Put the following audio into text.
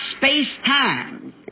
space-time